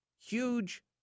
huge